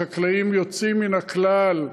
החקלאים יוצאים מן הכלל.